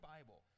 Bible